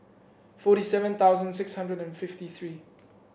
forty seven thousand six hundred and fifty three